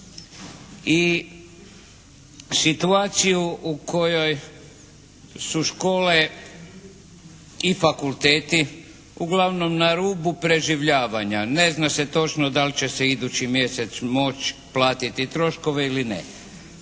I situaciju u kojoj su škole i fakulteti uglavnom na rubu preživljavanja. Ne zna se točno da li će se idući mjesec moći platiti troškovi ili ne.